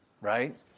Right